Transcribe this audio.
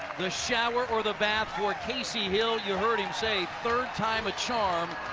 the shower or the bath for casey hill. yeah heard him say third time a charm.